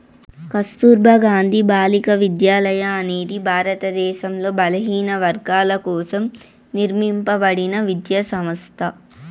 కస్తుర్బా గాంధీ బాలికా విద్యాలయ అనేది భారతదేశంలో బలహీనవర్గాల కోసం నిర్మింపబడిన విద్యా సంస్థ